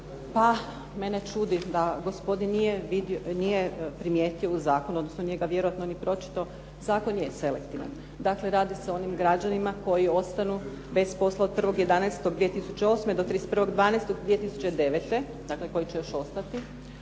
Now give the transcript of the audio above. Pa mene čudi da gospodin nije primijetio u zakonu, odnosno nije ga vjerojatno pročitao. Zakon je selektivan. Dakle, radi se o onim građanima koji ostanu bez posla od 1. 11. 2009. do 31. 12. 2009. dakle koji će još ostati,